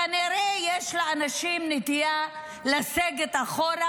כנראה יש לאנשים נטייה לסגת אחורה